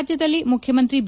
ರಾಜ್ಯದಲ್ಲಿ ಮುಖ್ಯಮಂತ್ರಿ ಬಿ